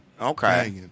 okay